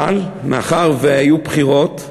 אבל מאחר שהיו בחירות,